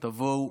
תבואו,